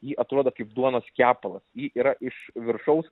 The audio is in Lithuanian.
ji atrodo kaip duonos kepalas ji yra iš viršaus